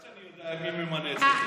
את יודעת שאני יודע מי ממנה אצלכם.